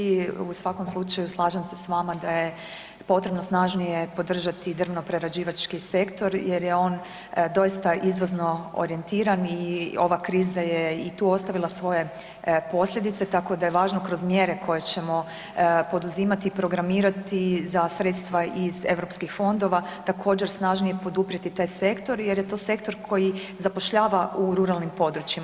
U svakom slučaju slažem se s vama da je potrebno snažnije podržati drvnoprerađivački sektor jer je on doista izvozno orijentiran i ova kriza je i tu ostavila svoje posljedice, tako da je važno kroz mjere koje ćemo poduzimati i programirati za sredstva iz europskih fondova također snažnije poduprijeti taj sektor jer je to sektor koji zapošljava u ruralnim područjima.